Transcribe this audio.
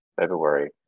February